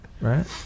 Right